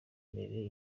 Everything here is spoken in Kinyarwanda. mbere